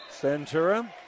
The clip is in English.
Centura